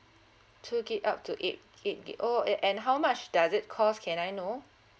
two gig up to eight eight gig oh and and how much does it cost can I know